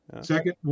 Second